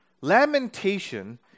Lamentation